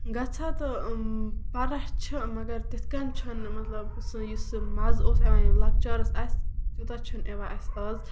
گژھان تہٕ پَران چھِ مَگر تِتھ کنۍ چھُنہٕ مطلب سُہ یُس سُہ مَزٕ اوس یِوان لۄکچارَس اَسہِ تیوٗتاہ چھُنہٕ یِوان اَسہِ آز